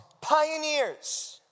Pioneers